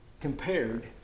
compared